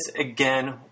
again